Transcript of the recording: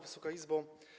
Wysoka Izbo!